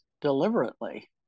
deliberately